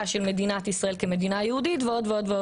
של מדינת ישראל כמדינה יהודית ועוד ועוד.